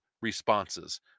responses